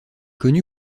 connu